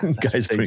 Guys